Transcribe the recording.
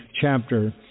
chapter